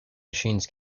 machines